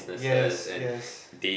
yes yes